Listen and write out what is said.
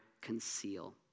conceal